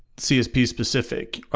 csp specific,